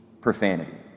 profanity